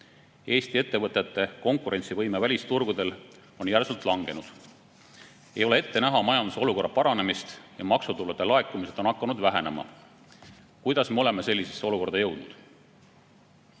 Eesti ettevõtete konkurentsivõime välisturgudel on järsult langenud. Ei ole ette näha majandusolukorra paranemist ja maksutulude laekumised on hakanud vähenema. Kuidas me oleme sellisesse olukorda jõudnud?